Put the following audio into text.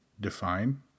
define